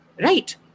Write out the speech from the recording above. Right